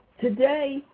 today